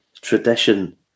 tradition